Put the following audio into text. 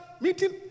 meeting